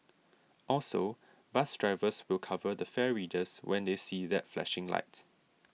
also bus drivers will cover the fare readers when they see that flashing light